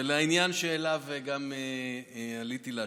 לעניין שעליו עליתי להשיב,